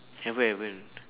haven't haven't